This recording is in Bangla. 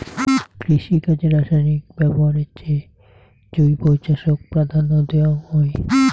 কৃষিকাজে রাসায়নিক ব্যবহারের চেয়ে জৈব চাষক প্রাধান্য দেওয়াং হই